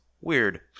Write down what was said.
weird